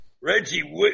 Reggie